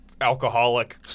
alcoholic